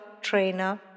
trainer